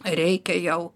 reikia jau